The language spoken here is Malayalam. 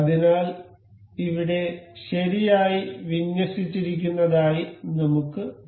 അതിനാൽ ഇവിടെ ശരിയായി വിന്യസിച്ചിരിക്കുന്നതായി നമുക്ക് കാണാം